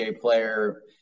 player